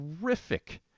terrific